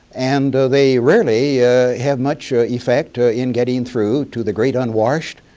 and they rarely have much effect in getting through to the great unwashed,